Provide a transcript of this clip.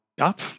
up